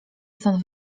stąd